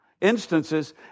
instances